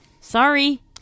Sorry